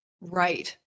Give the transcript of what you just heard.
right